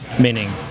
Meaning